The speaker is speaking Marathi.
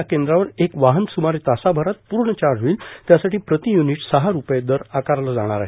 या केंद्रावर एक वाहन सुमारे तासाभरात पूर्ण चार्ज होईल त्यासाठी प्रति युनिट सहा रुपये दर आकारला जाणार आहे